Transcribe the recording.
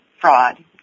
fraud